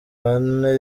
bane